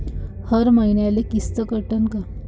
हर मईन्याले किस्त कटन का?